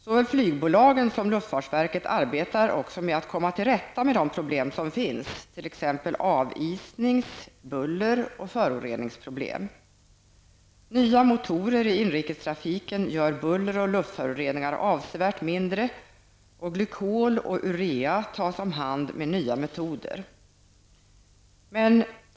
Såväl flygbolagen som luftfartsverket arbetar för att komma tillrätta med de problem som finns, t.ex. avisnings-, buller och föroreningsproblem. Buller och luftföroreningar minskar avsevärt om man använder nya motorer i inrikestrafiken. Glykol och urea tas om hand med nya metoder.